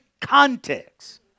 context